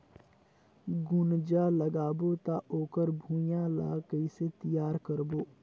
गुनजा लगाबो ता ओकर भुईं ला कइसे तियार करबो?